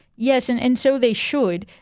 yes, and and so they should.